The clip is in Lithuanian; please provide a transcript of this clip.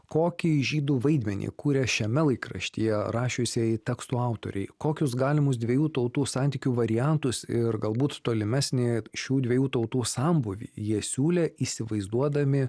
kokį žydų vaidmenį kuria šiame laikraštyje rašiusieji tekstų autoriai kokius galimus dviejų tautų santykių variantus ir galbūt tolimesnį šių dviejų tautų sambūvį jie siūlė įsivaizduodami